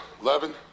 Eleven